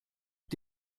dfb